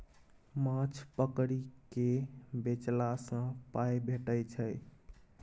माछ पकरि केँ बेचला सँ पाइ भेटै छै